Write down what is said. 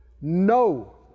No